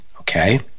okay